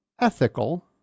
ethical